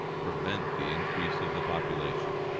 prevent the increase of the population,